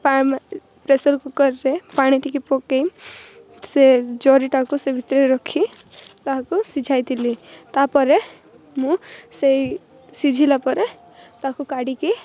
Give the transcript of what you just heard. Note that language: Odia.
ପ୍ରେସର୍ କୁକରରେ ପାଣି ଟିକେ ପକାଇ ସେ ଜରିଟାକୁ ସେ ଭିତରେ ରଖି ତାହାକୁ ସିଝାଇ ଥିଲି ତା'ପରେ ମୁଁ ସେଇ ସିଝିଲା ପରେ ତାକୁ କାଢ଼ିକି